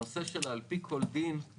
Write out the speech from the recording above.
הנושא של העל פי כל דין,